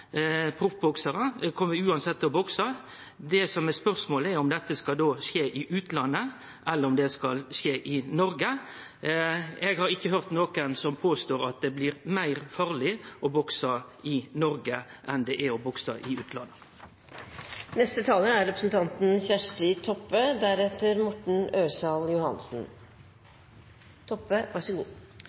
proffboksarar kjem uansett til å bokse. Det som er spørsmålet, er om dette skal skje i utlandet, eller om det skal skje i Noreg. Eg har ikkje høyrt nokon påstå at det blir meir farleg å bokse i Noreg enn det er å bokse i utlandet. Det er